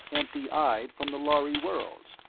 empty-eyed, from the lhari worlds!